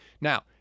Now